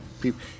people